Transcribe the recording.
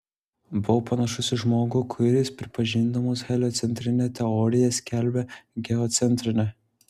buvau panašus į žmogų kuris pripažindamas heliocentrinę teoriją skelbia geocentrinę